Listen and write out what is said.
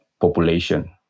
population